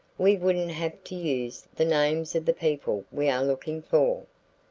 we wouldn't have to use the names of the people we are looking for.